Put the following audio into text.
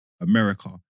America